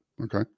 Okay